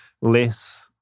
less